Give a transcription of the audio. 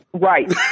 Right